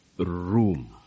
room